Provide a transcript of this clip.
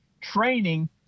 training